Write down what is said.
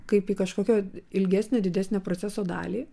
kaip į kažkokio ilgesnio didesnę proceso dalį